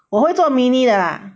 我会做 mini 的 lah